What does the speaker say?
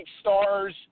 stars